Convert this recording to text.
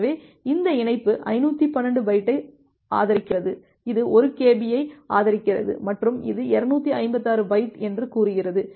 எனவே இந்த இணைப்பு 512 பைட்டை ஆதரிக்கிறது இது 1KB ஐ ஆதரிக்கிறது மற்றும் இது 256 பைட் என்று கூறுகிறது